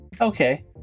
Okay